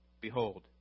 behold